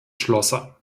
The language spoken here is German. schlosser